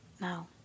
Now